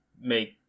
make